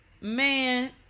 Man